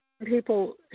people